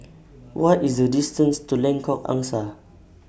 What IS The distance to Lengkok Angsa